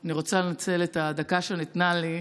אני רוצה לנצל את הדקה שניתנה לי,